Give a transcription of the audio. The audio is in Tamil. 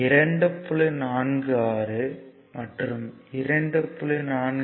46 மற்றும் 2